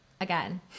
again